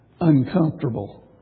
uncomfortable